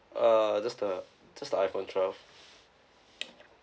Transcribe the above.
uh just the just the iPhone twelve